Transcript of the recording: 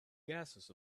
gases